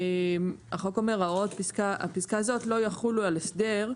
והחוק אומר שהוראות הפסקה הזו לא יחולו על הסדר,